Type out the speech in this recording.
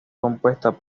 compuestas